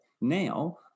Now